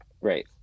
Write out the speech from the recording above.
Right